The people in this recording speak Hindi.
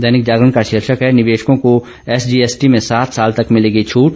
दैनिक जागरण का शीर्षेक है निवेशकों को एसजीएसटी में सात साल तक मिलेगी छूट